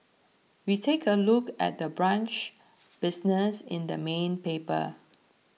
we take a look at the brunch business in the main paper